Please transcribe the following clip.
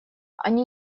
они